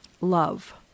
Love